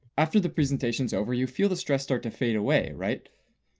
after the presentation's over you feel the stress start to fade away, right?